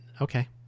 okay